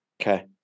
Okay